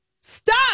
stop